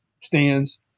stands